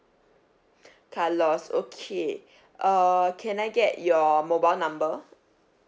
carlos okay err can I get your mobile number